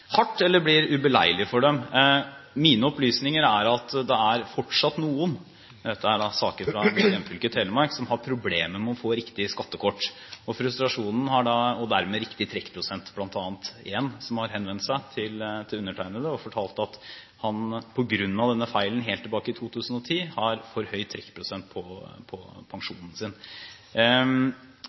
hardt eller blir ubeleilig for dem. Mine opplysninger er at det fortsatt er noen – dette er saker fra mitt hjemfylke, Telemark – som har problemer med å få riktig skattekort og dermed bl.a. riktig trekkprosent. Det er en som har henvendt seg til undertegnede og fortalt at han på grunn av denne feilen helt tilbake til 2010 har hatt for høy trekkprosent på pensjonen sin